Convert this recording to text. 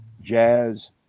jazz